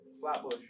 flatbush